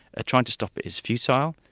ah trying to stop it is futile,